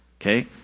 okay